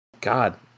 God